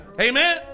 Amen